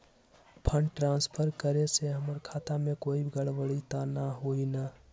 Fund transfer करे से हमर खाता में कोई गड़बड़ी त न होई न?